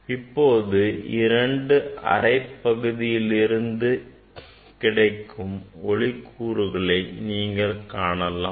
இப்போது இரண்டு அரை பகுதியில் இருந்து கிடைக்கும் ஒளி கூறுகளை நீங்கள் காணலாம்